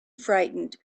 frightened